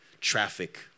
traffic